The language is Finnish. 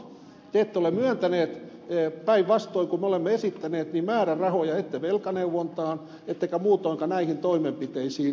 te ette ole myöntäneet päinvastoin kuin me olemme esittäneet määrärahoja ette velkaneuvontaan ettekä muutoinkaan näihin toimenpiteisiin